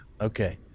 Okay